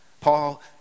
Paul